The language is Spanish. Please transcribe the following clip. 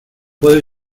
puedo